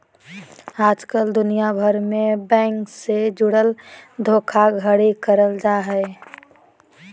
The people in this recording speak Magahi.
आजकल दुनिया भर मे बैंक से जुड़ल धोखाधड़ी करल जा हय